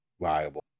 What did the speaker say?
viable